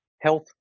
health